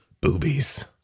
boobies